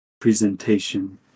presentation